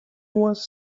was